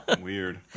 Weird